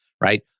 right